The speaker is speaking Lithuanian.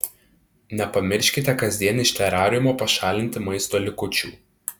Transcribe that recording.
nepamirškite kasdien iš terariumo pašalinti maisto likučių